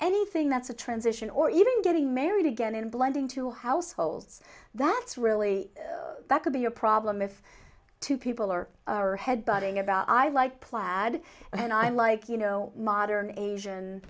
anything that's a transition or even getting married again in blending two households that's really that could be a problem if two people are head butting about i like plaid and i like you know modern asian